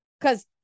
cause